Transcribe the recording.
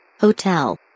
Hotel